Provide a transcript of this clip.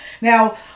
Now